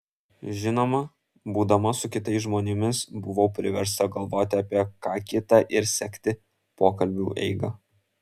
žinoma būdama su kitais žmonėmis buvau priversta galvoti apie ką kita ir sekti pokalbių eigą